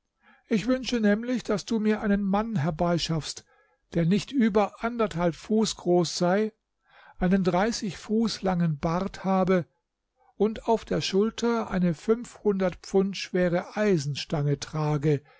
ich wünsche nämlich daß du mir einen mann herbeischaffst der nicht über anderthalb fuß groß sei einen dreißig fuß langen bart habe und auf der schulter eine fünfhundert pfund schwere eisenstange trage